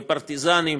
בפרטיזנים,